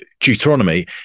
Deuteronomy